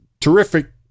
terrific